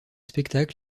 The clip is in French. spectacles